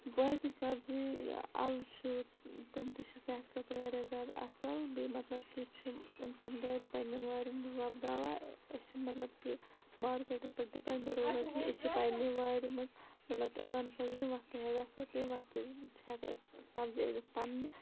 باقی سَبزی اَلہٕ چھُ تِم تہِ چھِ صحتہٕ خٲطرٕ واریاہ زیادٕ اَصٕل بیٚیہِ مطلب کہِ چھُ اِنسان گَرِ پنٛنٮ۪ن وارٮ۪ن منٛز وۄپداوان أسۍ چھِ مطلب کہِ مارکٮ۪ٹَس پٮ۪ٹھ ڈِپٮ۪نٛڈ روزان کیٚنٛہہ أسۍ چھِ پَنٛنہِ وارِ منٛز مطلب کہِ آرام سان ییٚمہِ وقتہٕ ہے یَژھو تمہِ وقتہٕ چھِ ہٮ۪کان أسۍ سبزی أنِتھ پَنٛنہِ